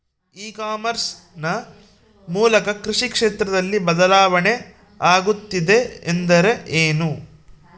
E commerce ನ ಮೂಲಕ ಕೃಷಿ ಕ್ಷೇತ್ರದಲ್ಲಿ ಬದಲಾವಣೆ ಆಗುತ್ತಿದೆ ಎಂದರೆ ಏನು?